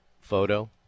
photo